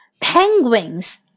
Penguins